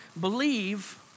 believe